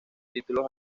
títulos